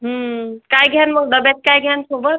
काय घ्यान मग डब्यात काय घ्यान सोबत